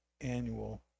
annual